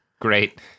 Great